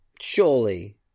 Surely